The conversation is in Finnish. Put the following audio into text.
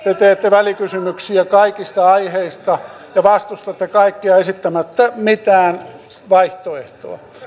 te teette välikysymyksiä kaikista aiheista ja vastustatte kaikkea esittämättä mitään vaihtoehtoa